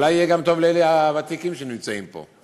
אולי גם יהיה טוב יותר לאלה הוותיקים שנמצאים פה.